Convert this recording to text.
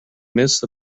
midst